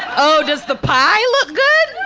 oh, does the pie look good?